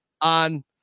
on